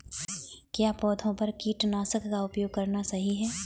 क्या पौधों पर कीटनाशक का उपयोग करना सही है?